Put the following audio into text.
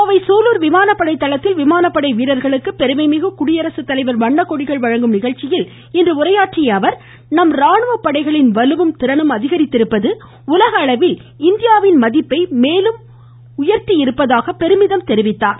கோவை சூலூர் விமானப்படை தளத்தில் விமானப்படை வீரர்களுக்கு பெருமைமிகு குடியரசுத் தலைவர் வண்ணக் கொடிகள் வழங்கும் நிகழ்ச்சியில் பேசிய அவர் நம் ராணுவப்படைகளின் வலுவும் திறனும் அதிகரித்திருப்பது உலக அளவில் இந்தியாவின் மதிப்பை மேலும் அதிகரித்திருப்பதாக பெருமிதம் தெரிவித்தார்